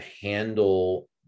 handle